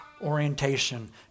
orientation